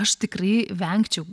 aš tikrai vengčiau